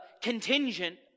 contingent